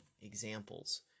examples